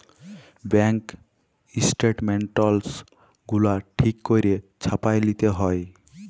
bank statements গুলা ঠিক ক্যইরে ছাপাঁয় লিতে হ্যয়